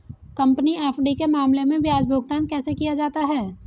Company FD के मामले में ब्याज भुगतान कैसे किया जाता है?